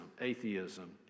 atheism